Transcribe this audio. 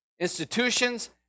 institutions